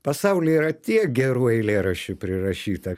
pasauly yra tiek gerų eilėraščių prirašyta